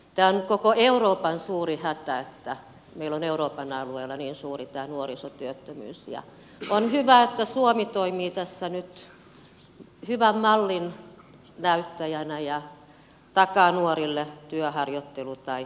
on koko euroopan suuri hätä että meillä on euroopan alueella niin suuri nuorisotyöttömyys ja on hyvä että suomi toimii tässä nyt hyvän mallin näyttäjänä ja takaa nuorille työ harjoittelu tai opiskelupaikan